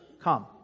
Come